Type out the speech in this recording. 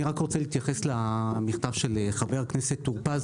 אני מבקש להתייחס למכתב של חבר הכנסת משה טור פז